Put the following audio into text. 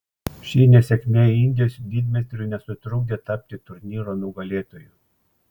ši nesėkmė indijos didmeistriui nesutrukdė tapti turnyro nugalėtoju